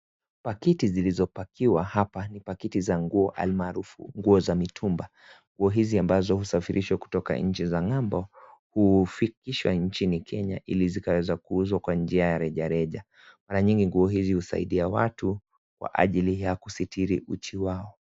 Pakiti zilizopakiwa hapa ni pakiti za nguo almaarufu nguo za mitumba. Nguo hizi ambazo husafirishwa kutoka nchi za ngambo, hufikishwa nchini Kenya ili zikaweza kuuzwa kwa njia ya rejareja. Mara nyingi nguo hizi husaidia watu kwa ajili ya kusitiri uchi wao.